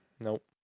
Nope